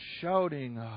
shouting